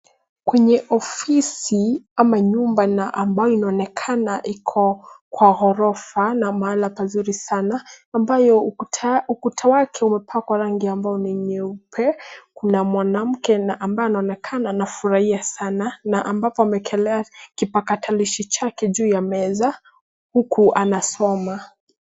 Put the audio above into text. Kwenye ofisi ama nyumba ambayo inaonekana iko kwa ghorofa na mahali pazuri sana. Ambayo ukuta wake umepakwa rangi ambao ni nyeupe. Kuna mwanamke ambaye anaonekana anafurahia sana na ambapo ameekelea kipakatalishi chake juu ya meza huku anasoma.